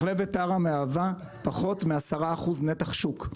מחלבת טרה מהווה פחות מ-10% נתח שוק.